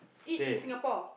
eat in Singapore